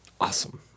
Awesome